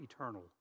eternal